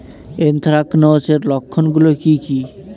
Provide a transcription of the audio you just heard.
Anthracnose এর লক্ষণ গুলো কি কি?